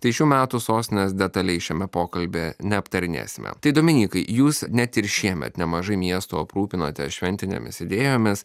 tai šių metų sostinės detaliai šiame pokalbyje neaptarinėsime tai dominykai jūs net ir šiemet nemažai miestų aprūpinote šventinėmis idėjomis